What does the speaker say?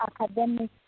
academic